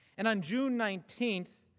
and on june nineteen,